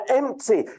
empty